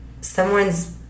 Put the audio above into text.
someone's